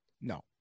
no